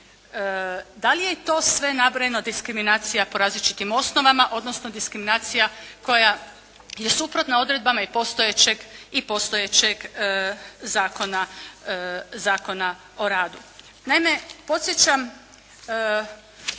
Da li je i to sve nabrojeno diskriminacija po različitim osnovama odnosno diskriminacija koja je suprotna odredbama i postojećeg i postojećeg